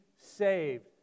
saved